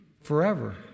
forever